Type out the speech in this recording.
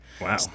Wow